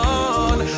on